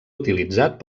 utilitzat